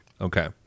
Okay